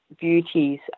beauties